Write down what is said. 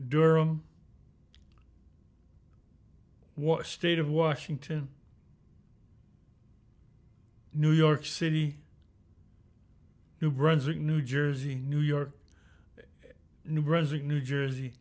a state of washington new york city new brunswick new jersey new york new brunswick new jersey